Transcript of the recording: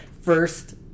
first